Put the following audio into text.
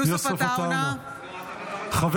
נגד חוה